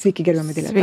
sveiki gerbiama dileta